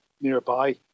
nearby